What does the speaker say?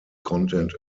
content